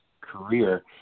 career